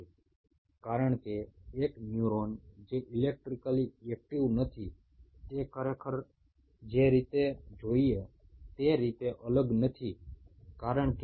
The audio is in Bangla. তার কারণ যে সমস্ত নিউরন ইলেকট্রিক্যালি সক্রিয় নয় সেই সমস্ত নিউরন সঠিকভাবে ডিফারেনশিয়েট হতে পারেনি